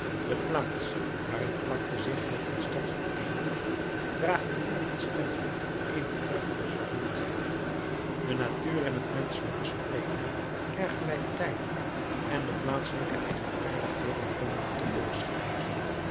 de plaats waar een vlakte zich met een stad vereenigt draagt immer het stempel eener treffende zwaarmoedigheid de natuur en het menschelijke spreken er gelijktijdig en de plaatselijke eigenaardigheden komen er